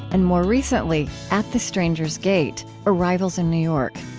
and, more recently, at the strangers' gate arrivals in new york.